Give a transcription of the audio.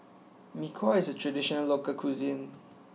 Mee Kuah is a traditional local cuisine